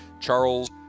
Charles